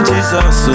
Jesus